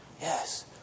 yes